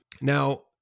Now